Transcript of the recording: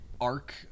arc